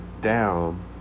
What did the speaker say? down